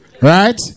Right